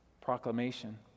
proclamation